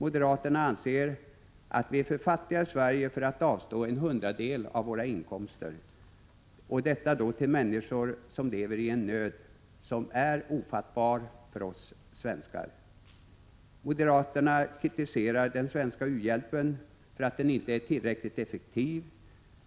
Moderaterna anser att vi är för fattiga i Sverige för att avstå en hundradel av våra inkomster till människor som lever i en nöd som är ofattbar för oss svenskar. Moderaterna kritiserar den svenska u-hjälpen för att den inte är tillräckligt effektiv